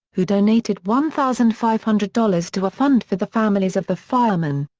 who donated one thousand five hundred dollars to a fund for the families of the firemen.